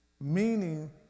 Meaning